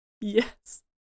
Yes